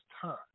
time